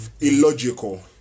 Illogical